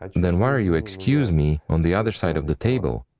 then why are you, excuse me, on the other side of the table?